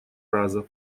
раза